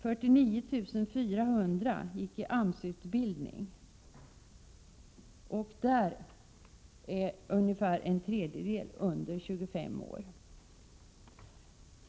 49 400 personer gick i AMS-utbildning, och ungefär en tredjedel av dessa var under 25 år.